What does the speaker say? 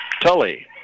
Tully